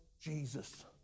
Jesus